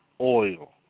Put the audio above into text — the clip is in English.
oil